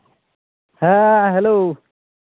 ᱦᱮᱸ ᱦᱮᱞᱳ